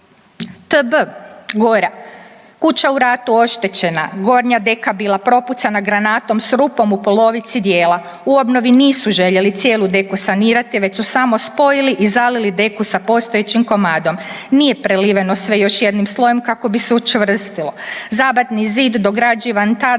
T.B. Gora. Kuća u ratu oštećena, gornja deka bila propucana granatom s rupom u polovici dijela. U obnovi nisu željeli cijelu deku sanirati već su samo spojili i zalili deku sa postojećim komadom. Nije preliveno sve još jednim slojem kako bi se učvrstilo. Zabatni zid dograđivan tada